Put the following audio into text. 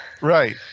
Right